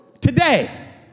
today